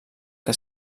que